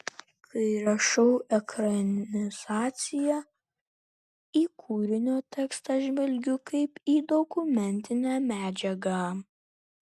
kai rašau ekranizaciją į kūrinio tekstą žvelgiu kaip į dokumentinę medžiagą